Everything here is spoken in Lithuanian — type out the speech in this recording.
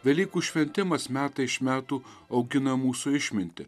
velykų šventimas metai iš metų augina mūsų išmintį